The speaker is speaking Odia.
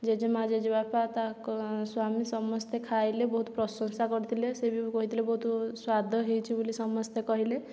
ଜେଜେମାଆ ଜେଜେବାପା ତାଙ୍କ ସ୍ଵାମୀ ସମସ୍ତେ ଖାଇଲେ ବହୁତ ପ୍ରଶଂସା କରିଥିଲେ ସେ ବି କହିଥିଲେ ବହୁତ ସ୍ୱାଦ ହୋଇଛି ବୋଲି ସମସ୍ତେ କହିଲେ